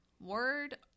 Word